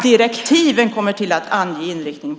Direktiven kommer att ange inriktningen.